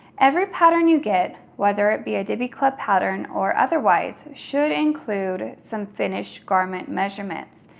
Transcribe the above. every pattern you get, whether it be a diby club pattern or otherwise should include some finished garment measurements.